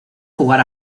jugar